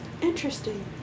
interesting